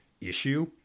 issue